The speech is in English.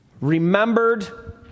remembered